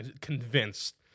convinced